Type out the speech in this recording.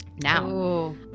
Now